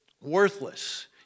worthless